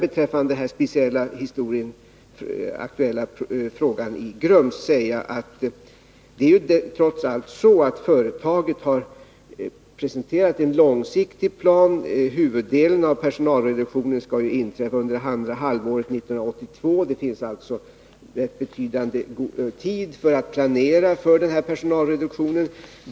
Beträffande den aktuella fråga som rör Grums vill jag säga att företaget trots allt har presenterat en långsiktig plan. Huvuddelen av personalreduktionen skall inträffa under andra halvåret 1982. Det finns alltså betydande tid att planera för personalreduktionen.